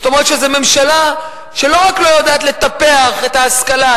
זאת אומרת שזאת ממשלה שלא רק לא יודעת לטפח את ההשכלה,